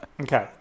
Okay